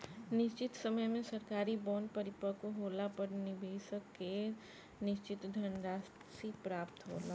निशचित समय में सरकारी बॉन्ड परिपक्व होला पर निबेसक के निसचित धनराशि प्राप्त होला